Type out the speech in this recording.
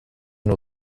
nur